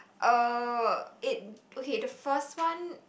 uh it okay the first one